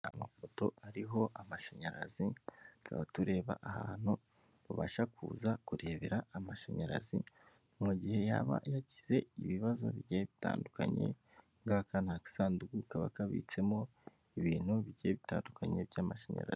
Amapoto ariho amashanyarazi tukaba tureba ahantu babasha kuza kurebera amashanyarazi mu gihe yaba yagize ibibazo bigiye bitandukanye, aka ngaka ni agasandugu kaba kabitsemo ibintu bigiye bitandukanye by'amashanyarazi.